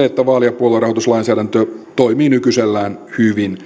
että vaali ja puoluerahoituslainsäädäntö toimii nykyisellään hyvin